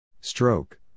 Stroke